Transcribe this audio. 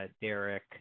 Derek